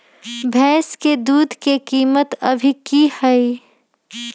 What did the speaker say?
भैंस के दूध के कीमत अभी की हई?